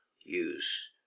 use